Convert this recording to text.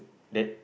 then